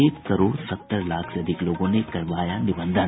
एक करोड़ सत्तर लाख से अधिक लोगों ने करवाया निबंधन